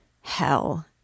Hell